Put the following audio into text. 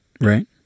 right